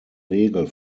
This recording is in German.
regel